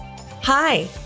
Hi